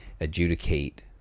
adjudicate